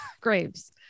graves